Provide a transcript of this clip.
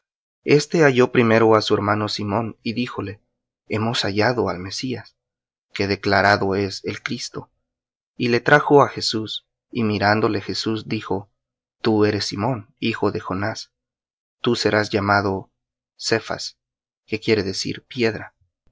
este halló primero á su hermano simón y díjole hemos hallado al mesías y le trajo á jesús y mirándole jesús dijo tú eres simón hijo de jonás tú serás llamado cephas que